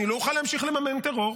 אני לא אוכל להמשיך לממן טרור.